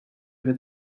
over